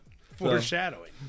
foreshadowing